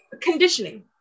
conditioning